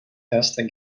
erster